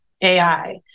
AI